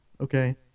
okay